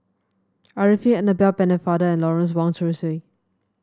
Arifin Annabel Pennefather and Lawrence Wong Shyun Tsai